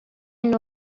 hyn